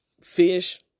fish